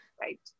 Right